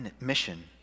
mission